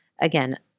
again